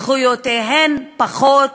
זכויותיהם, פחות,